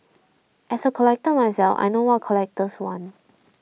as a collector myself I know what collectors want